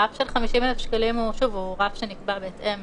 הרף של 50 אלף שקלים הוא רף שנקבע בהתאם